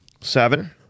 seven